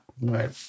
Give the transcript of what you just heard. Right